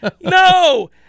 No